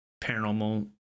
paranormal